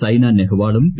സൈന നെഹ്വാളും പി